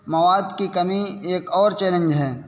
مواد کی کمی ایک اور چیلنج ہیں